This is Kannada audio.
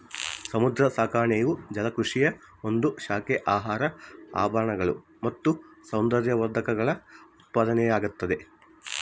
ಸಮುದ್ರ ಸಾಕಾಣಿಕೆಯು ಜಲಕೃಷಿಯ ಒಂದು ಶಾಖೆ ಆಹಾರ ಆಭರಣಗಳು ಮತ್ತು ಸೌಂದರ್ಯವರ್ಧಕಗಳ ಉತ್ಪತ್ತಿಯಾಗ್ತದ